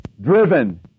driven